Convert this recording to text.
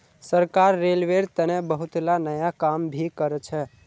सरकार रेलवेर तने बहुतला नया काम भी करछ